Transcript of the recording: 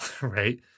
Right